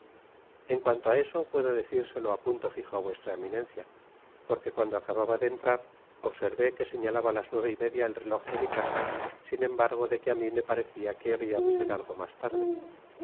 en cuanto á eso puedo decirselo á punto fijo á vuestra eminencia porque cuando acababa de entrar observé que señalaba las nueve y media el reloj de mi casa sin embargo de que á mi me parecia que habia de ser algo mas tarde